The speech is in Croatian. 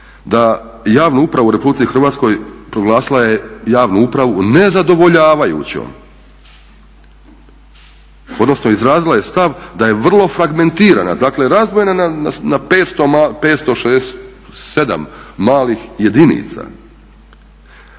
da javnu upravu u Republici Hrvatskoj proglasila je javnu upravu nezadovoljavajućom, odnosno izrazila je stav da je vrlo fragmentirana, dakle razdvojena na 567 malih jedinica.